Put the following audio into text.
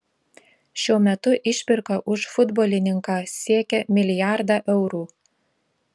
šiuo metu išpirka už futbolininką siekia milijardą eurų